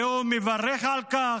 והוא מברך על כך.